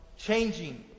changing